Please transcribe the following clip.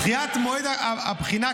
דחיית מועד הבחינה,